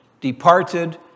departed